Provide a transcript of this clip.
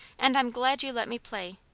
and i'm glad you let me play.